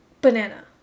banana